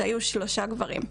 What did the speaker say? שהיו שלושה גברים.